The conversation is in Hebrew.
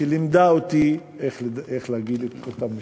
שלימדה אותי איך להגיד את אותם משפטים.